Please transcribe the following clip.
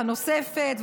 הנוספת,